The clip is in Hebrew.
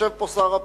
יושב פה שר הפנים.